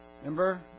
Remember